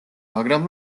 მაგრამ